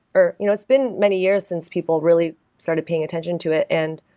or you know it's been many years since people really started paying attention to it. and